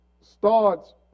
starts